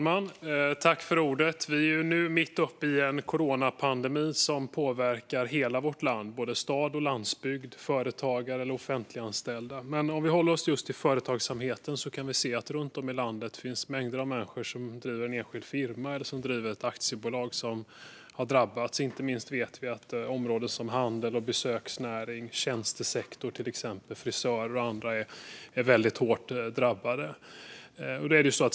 Fru talman! Vi är mitt uppe i en coronapandemi som påverkar hela vårt land - både stad och landsbygd, företagare och offentliganställda. Men om vi håller oss till just företagsamheten kan vi se att det runt om i landet finns mängder av människor som driver enskilda firmor eller aktiebolag som har drabbats. Inte minst vet vi att områden som handel och besöksnäring liksom frisörer och andra inom tjänstesektorn är väldigt hårt drabbade.